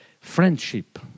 Friendship